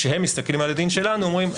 כשהם מסתכלים על הדין שלנו אומרים,